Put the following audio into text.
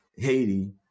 Haiti